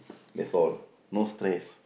thats all no stress